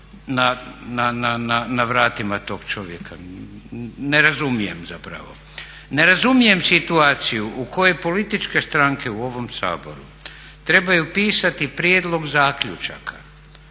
na vratima tog čovjeka? Ne razumijem zapravo. Ne razumijem situaciju u kojoj političke stranke u ovom Saboru trebaju pisati prijedlog zaključaka